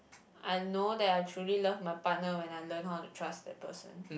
I know that I truly love my partner when I learn how to trust that person